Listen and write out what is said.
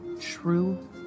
True